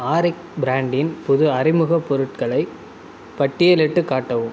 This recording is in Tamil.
ஆரிக் பிராண்டின் புது அறிமுகப் பொருட்களை பட்டியலிட்டுக் காட்டவும்